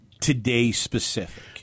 today-specific